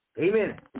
Amen